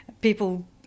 People